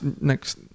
next